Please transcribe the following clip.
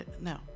no